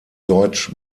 deutsch